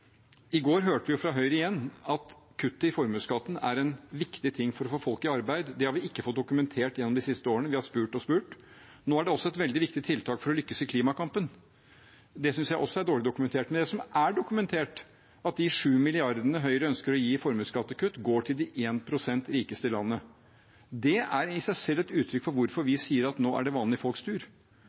i går hørte vi fra Høyre igjen at kuttet i formuesskatten er viktig for å få folk i arbeid. Det har vi ikke fått dokumentert gjennom de siste årene. Vi har spurt og spurt. Nå er det også et veldig viktig tiltak for å lykkes i klimakampen. Det synes jeg også er dårlig dokumentert. Det som er dokumentert, er at de 7 mrd. kr Høyre ønsker å gi i formuesskattekutt, går til de 1 pst. rikeste i landet. Det er i seg selv et uttrykk for hvorfor vi sier at nå er det vanlige folks tur,